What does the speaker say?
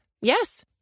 Yes